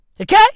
okay